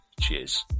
Cheers